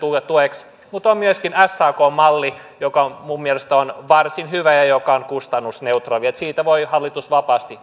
tueksi mutta on myöskin sakn malli joka minun mielestäni on varsin hyvä ja joka on kustannusneutraali että siitä voi hallitus vapaasti